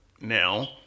now